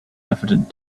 evident